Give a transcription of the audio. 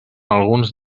alguns